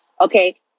Okay